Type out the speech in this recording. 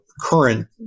current